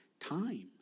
Time